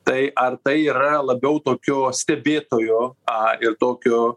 tai ar tai yra labiau tokio stebėtojo a ir tokio